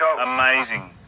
Amazing